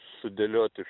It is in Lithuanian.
sudėliot iš